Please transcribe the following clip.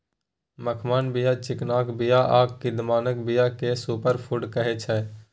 मखानक बीया, चिकनाक बीया आ कदीमाक बीया केँ सुपर फुड कहै छै